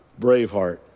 Braveheart